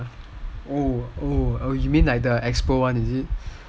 you mean like the expo one is it